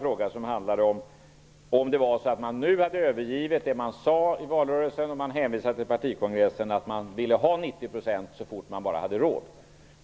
Den handlade om huruvida man nu har övergivit det man sade i valrörelsen för att hänvisa till partikongressen som sagt att man vill ha en 90-procentig nivå så fort man bara har råd.